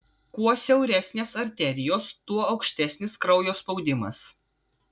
kuo siauresnės arterijos tuo aukštesnis kraujo spaudimas